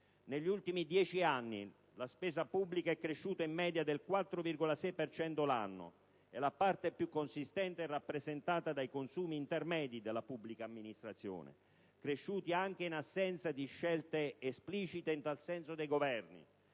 Negli ultimi dieci anni la spesa pubblica è crescita in media del 4,6 per cento l'anno e la parte più consistente è rappresentata dai consumi intermedi della pubblica amministrazione, cresciuti anche in assenza di scelte esplicite in tal senso dei Governi,